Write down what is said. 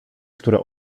które